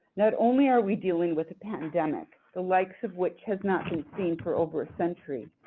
not only are we dealing with a pandemic, the likes of which has not been seen for over a century,